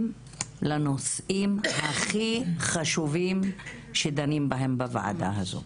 לנושאים הכי חשובים שדנים בהם בוועדה הזו.